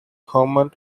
hermann